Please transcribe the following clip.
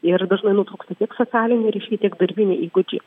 ir dažnai nutrūksta tiek socialiniai ryšiai tiek darbiniai įgūdžiai